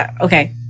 okay